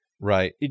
Right